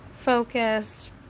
focused